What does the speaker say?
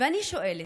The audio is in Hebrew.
ואני שואלת: